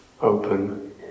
open